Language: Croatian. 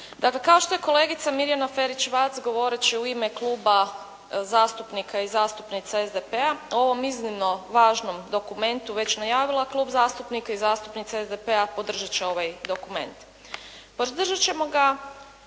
Dakle, kao što je kolegica Mirjana Ferić-Vac govoreći u ime Kluba zastupnika i zastupnica SDP-a o ovom iznimno važnom dokumentu već najavila Klub zastupnika i zastupnica SDP-a podržat će ovaj dokument. Podržat ćemo ga